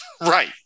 Right